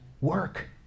work